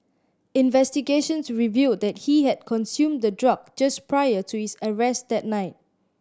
investigations revealed that he had consumed the drug just prior to his arrest that night